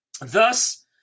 Thus